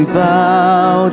bow